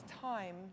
time